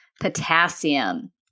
potassium